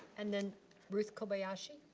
and then ruth kobiyashi.